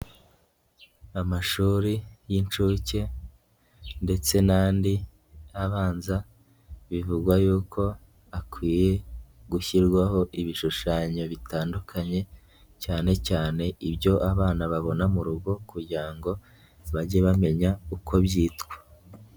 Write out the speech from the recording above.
Amashuri y'incuke ndetse n'andi abanza, bivugwa yuko akwiye gushyirwaho ibishushanyo bitandukanye, cyane cyane ibyo abana babona mu rugo kugira ngo bajye bamenya uko byitwa.